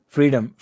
Freedom